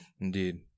Indeed